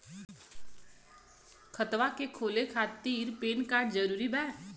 खतवा के खोले खातिर पेन कार्ड जरूरी बा?